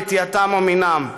נטייתם או מינם.